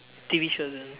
T_V shows ah